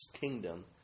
kingdom